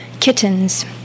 kittens